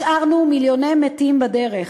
השארנו מיליוני מתים בדרך.